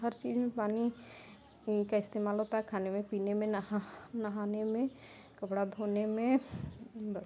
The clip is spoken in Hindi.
हर चीज़ में पानी का इस्तेमाल होता है खाने में पीने में नहा नहाने में कपड़ा धोने में बस